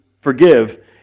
forgive